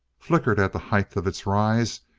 flickered at the height of its rise,